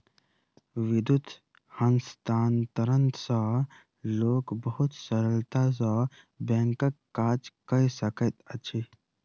विद्युत हस्तांतरण सॅ लोक बहुत सरलता सॅ बैंकक काज कय सकैत अछि